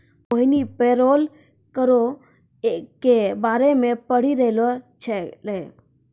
मोहिनी payroll करो के बारे मे पढ़ि रहलो छलै